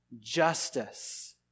justice